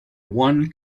one